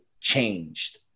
changed